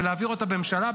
ולהעביר אותה בממשלה,